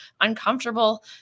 uncomfortable